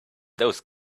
those